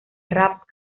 rap